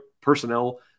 personnel